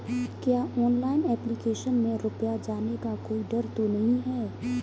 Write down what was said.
क्या online application में रुपया जाने का कोई डर तो नही है?